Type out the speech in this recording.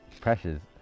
Precious